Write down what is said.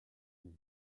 unis